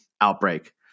outbreak